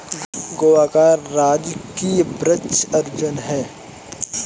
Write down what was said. गोवा का राजकीय वृक्ष अर्जुन है